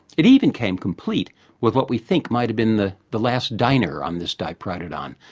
it even came complete with what we think might have been the the last diner on this diprotodon.